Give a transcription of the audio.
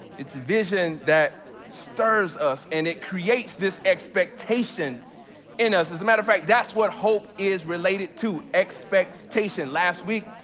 it's vision that stars us and it creates this expectation in us. as a matter of fact, that's what hope is related to, expectation. last week,